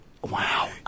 Wow